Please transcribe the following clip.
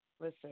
Listen